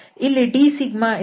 ಇಲ್ಲಿ d ∇f∇f